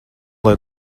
lai